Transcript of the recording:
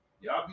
y'all